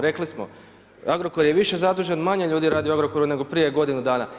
Rekli, smo, Agrokor je više zadužen, manje ljudi radi u Agrokoru nego prije godinu dana.